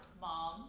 mom